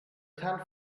ten